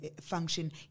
function